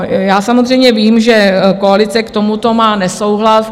Já samozřejmě vím, že koalice k tomuto má nesouhlas.